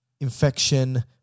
infection